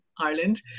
Ireland